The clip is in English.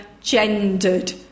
gendered